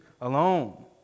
alone